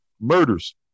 Murders